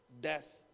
death